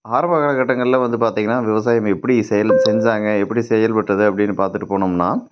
ஆரம்ப காலகட்டங்களில் வந்து பார்த்திங்கன்னா விவசாயம் எப்படி செயலில் செஞ்சாங்க எப்படி செயல்பட்டது அப்படின்னு பார்த்துட்டு போனோம்னா